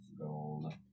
gold